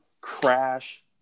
crash